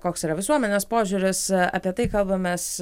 koks yra visuomenės požiūris apie tai kalbamės